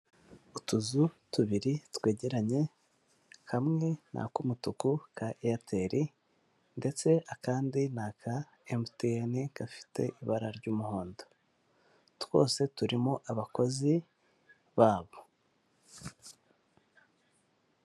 Utuzu tubiri twegeranye, kamwe ni ak'umutuku ka Eyateri ndetse akandi ni aka Emutiyene gafite ibara ry'umuhondo, twose turimo abakozi babo.